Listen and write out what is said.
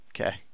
Okay